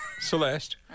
Celeste